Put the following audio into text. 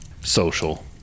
social